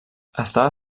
estava